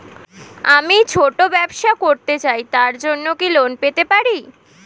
আমি ছোট ব্যবসা করতে চাই তার জন্য কি লোন পেতে পারি?